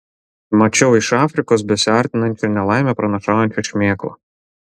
mačiau iš afrikos besiartinančią nelaimę pranašaujančią šmėklą